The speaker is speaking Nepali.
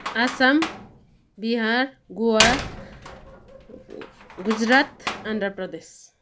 आसाम बिहार गोवा गुजरात आन्द्राप्रदेश